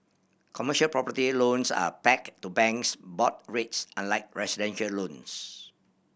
commercial property loans are pegged to banks' board rates unlike residential loans